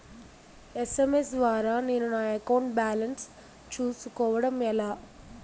SMS ద్వారా నేను నా అకౌంట్ బాలన్స్ చూసుకోవడం ఎలా?